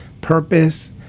purpose